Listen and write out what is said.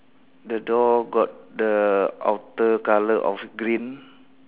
the door got the outer colour of green